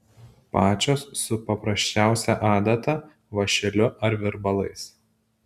pačios su paprasčiausia adata vąšeliu ar virbalais